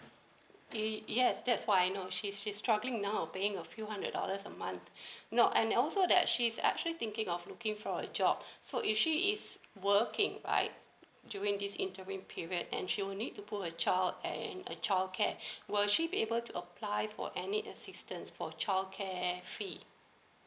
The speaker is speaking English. ye~ yes that's why I know she's she's struggling now paying a few hundred dollars a month no and also that she's actually thinking of looking for a job so if she is working right during this intervene period and she will need to put her child at a childcare will she be able to apply for any assistance for childcare fee